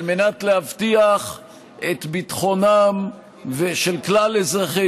על מנת להבטיח את ביטחונם של כלל אזרחי